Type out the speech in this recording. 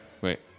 wait